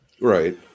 right